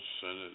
Senate